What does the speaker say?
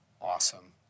Awesome